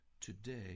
Today